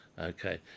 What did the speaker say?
Okay